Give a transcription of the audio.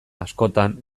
askotan